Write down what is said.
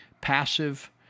passive